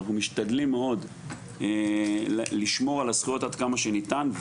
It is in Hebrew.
אנחנו משתדלים מאוד לשמור על הזכויות עד כמה שניתן.